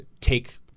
take